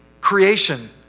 creation